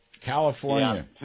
California